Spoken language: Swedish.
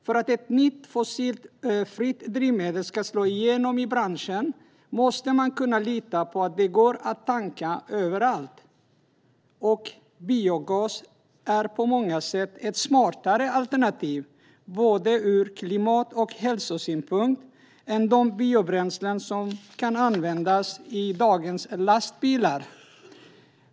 För att ett nytt fossilfritt drivmedel ska slå igenom i branschen måste man kunna lita på att det går att tanka överallt. Biogas är på många sätt ett smartare alternativ ur både klimat och hälsosynpunkt än de biobränslen som kan användas i dagens lastbilar.